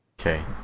Okay